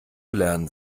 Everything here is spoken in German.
lernen